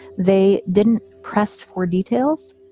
they didn't press for details.